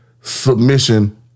submission